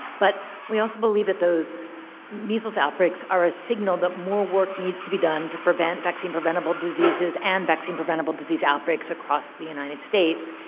but we also believe that those measles outbreaks are a signal that more work needs to be done to prevent vaccine-preventable disease and vaccine-preventable disease outbreaks across the united states,